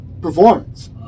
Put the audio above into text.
performance